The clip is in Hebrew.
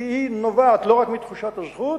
כי היא נובעת לא רק מתחושת הזכות,